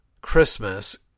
Christmas